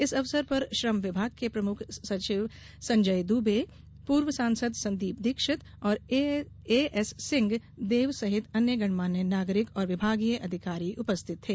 इस अवसर पर श्रम विभाग के प्रमुख सचिव संजय दुबे पूर्व सांसद संदीप दीक्षित और एएस सिंह देव सहित अन्य गणमान्य नागरिक और विभागीय अधिकारी उपस्थित थे